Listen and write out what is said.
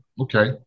okay